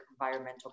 environmental